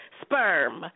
sperm